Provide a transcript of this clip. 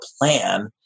plan